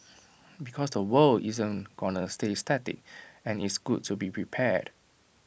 because the world isn't gonna stay static and it's good to be prepared